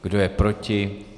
Kdo je proti?